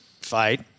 fight